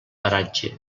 paratge